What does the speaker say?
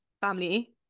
family